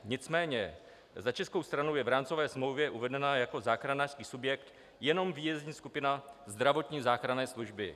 Nicméně za českou stranu je v rámcové smlouvě uvedena jako záchranářský subjekt jenom výjezdní skupina zdravotní záchranné služby.